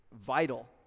vital